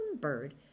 bird